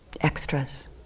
extras